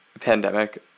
Pandemic